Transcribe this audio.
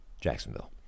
Jacksonville